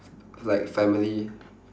like family